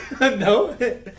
No